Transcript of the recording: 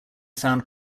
found